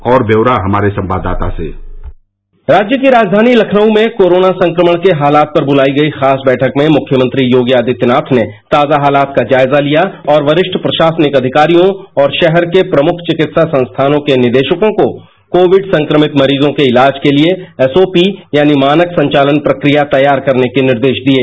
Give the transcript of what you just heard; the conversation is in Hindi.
और व्यौरा हमारे संवाददाता से राज्य की राजधानी लखनऊ में कोरोना संक्रमण के हालात पर बुलाई गई खास बैठक में मुख्यमंत्री योगी आदित्यनाथ ने ताजा हालात का जायजा लिया और वरिष्ठ प्रशासनिक अधिकारियों और शहर के प्रमुख चिकित्सा संख्यानों के निदेशकों को कोविड संक्रमित मरीजों के इलाज के लिए एसआेपी यानी मानक संचालन प्रक्रिया तैयार करने के निर्देश दिये